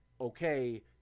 okay